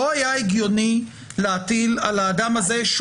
לא היה הגיוני להטיל על האדם הזה,